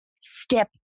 step